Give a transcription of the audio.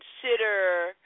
consider